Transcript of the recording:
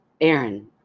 Aaron